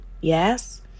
yes